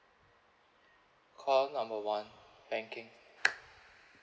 call number one banking